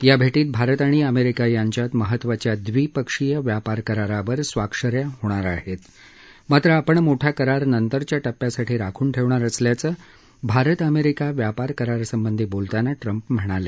या भेटीत भारत आणि अमेरिका यांच्यात महत्त्वाच्या द्विपक्षीय व्यापार करारावर स्वाक्ष या होणार आहेत मात्र आपण मोठा करार नंतरच्या टप्प्यासाठी राखून ठेवणार असल्याचं भारत अमेरिका व्यापार करारासंबंधी बोलताना ट्रम्प म्हणाले